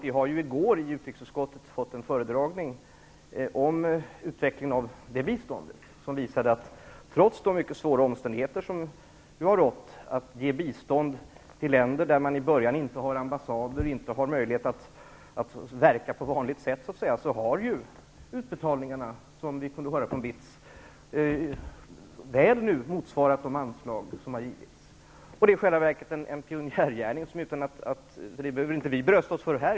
I går fick vi i utrikesutskottet en föredragning om utvecklingen av det biståndet som visade att trots de mycket svåra omständigheter som råder -- man ger bistånd till länder där det från början inte finns ambassader och man inte har möjlighet att verka på vanligt sätt -- har utbetalningarna väl motsvarat de anslag som har givits. Det är i själva verket en pionjärgärning. Det behöver vi inte brösta oss för här.